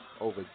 over